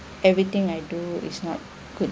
everything I do is not good